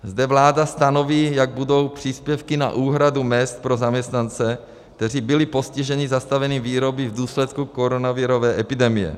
Zde vláda stanoví, jak budou příspěvky na úhradu mezd pro zaměstnance, kteří byli postiženi zastavením výroby v důsledku koronavirové epidemie.